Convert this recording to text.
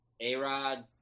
A-Rod